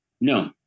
No